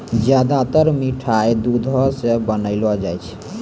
ज्यादातर मिठाय दुधो सॅ बनौलो जाय छै